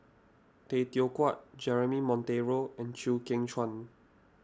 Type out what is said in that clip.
Tay Teow Kiat Jeremy Monteiro and Chew Kheng Chuan